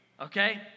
okay